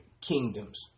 kingdoms